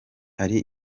hari